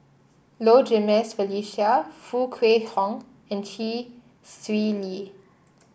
Low Jimenez Felicia Foo Kwee Horng and Chee Swee Lee